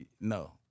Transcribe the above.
No